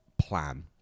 plan